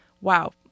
wow